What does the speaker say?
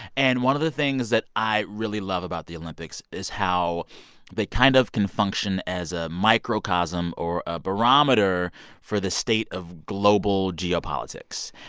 and one of the things that i really love about the olympics is how they kind of can function as a microcosm or a barometer for the state of global geopolitics.